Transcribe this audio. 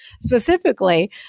specifically